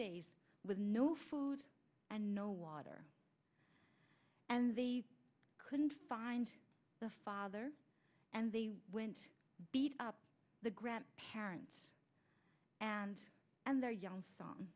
days with no food and no water and they couldn't find the father and they went beat up the grandparents and and their young son